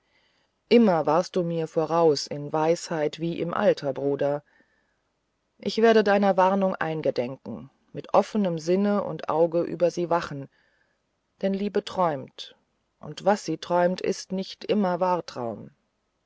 immer warst du mir doch voraus in weisheit wie im alter bruder ich werde deiner warnung eingedenk mit offenem sinne und auge über sie wachen denn liebe träumt und was sie träumt ist nicht immer wahrtraum